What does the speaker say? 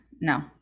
no